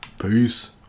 Peace